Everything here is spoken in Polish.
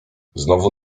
znowu